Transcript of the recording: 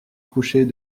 coucher